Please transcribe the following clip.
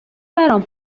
برام